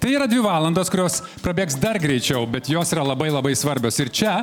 tai yra dvi valandos kurios prabėgs dar greičiau bet jos yra labai labai svarbios ir čia